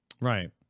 Right